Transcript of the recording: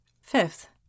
Fifth